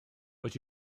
but